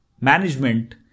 management